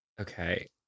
okay